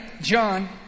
John